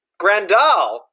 Grandal